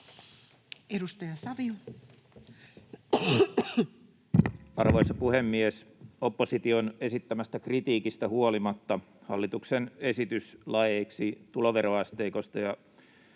Content: Arvoisa puhemies! Opposition esittämästä kritiikistä huolimatta hallituksen esitys laeiksi tuloveroasteikosta ja